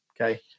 okay